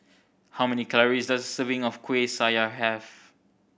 how many calories does a serving of Kueh Syara have